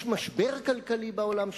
יש משבר כלכלי בעולם,